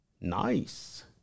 Nice